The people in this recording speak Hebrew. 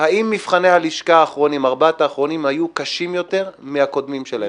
ארבעת מבחני הלשכה האחרונים היו קשים יותר מהקודמים שלהם?